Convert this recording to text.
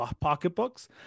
pocketbooks